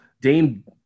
Dame